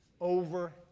Over